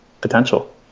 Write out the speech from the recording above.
potential